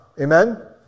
Amen